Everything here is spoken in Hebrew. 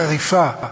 חריפה,